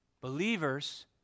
Believers